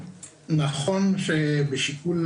נכון שבשיקול